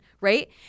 right